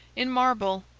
in marble,